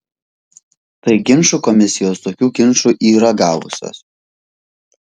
tai ginčų komisijos tokių ginčų yra gavusios